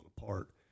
apart